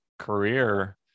career